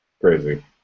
Crazy